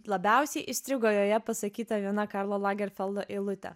labiausiai įstrigo joje pasakyta viena karlo lagerfeldo eilutė